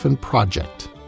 Project